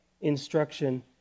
instruction